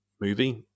movie